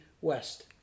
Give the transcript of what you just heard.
West—